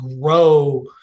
grow